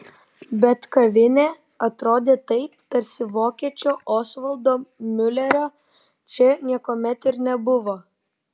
bet kavinė atrodė taip tarsi vokiečio osvaldo miulerio čia niekuomet ir nebuvo